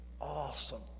awesome